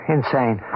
Insane